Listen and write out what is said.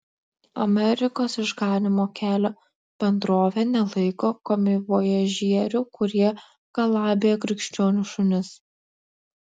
amerikos išganymo kelio bendrovė nelaiko komivojažierių kurie galabija krikščionių šunis